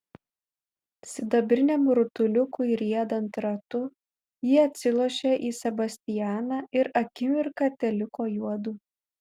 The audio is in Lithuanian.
sidabriniam rutuliukui riedant ratu ji atsilošė į sebastianą ir akimirką teliko juodu